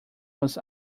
was